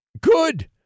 good